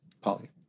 Polly